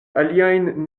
aliajn